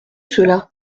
cela